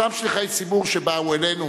אותם שליחי ציבור שבאו אלינו,